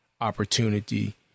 opportunity